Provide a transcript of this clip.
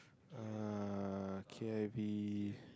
uh k_i_v